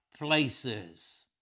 places